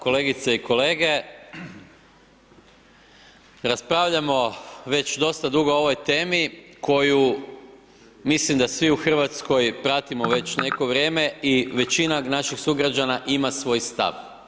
Kolegice i kolege, raspravljamo već dosta dugo o ovoj temi koju mislim da svi u RH pratimo već neko vrijeme i većina naših sugrađana ima svoj stav.